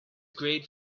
great